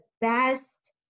best